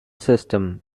system